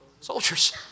Soldiers